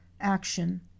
action